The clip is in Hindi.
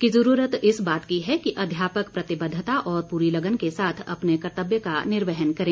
कि जरूरत इस बात कि है कि अध्यापक प्रतिबद्धता और पूरी लगन के साथ अपने कर्त्तव्य का निर्वहन करे